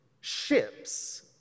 ships